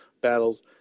battles